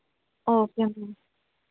okay